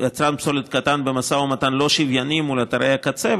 פסולת קטן במשא ומתן לא שוויוני מול אתרי הקצה,